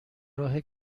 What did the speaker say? راه